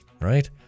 right